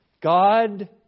God